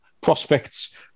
prospects